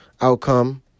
outcome